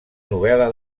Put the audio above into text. novel·la